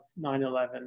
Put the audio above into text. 9-11